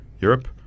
Europe